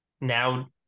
now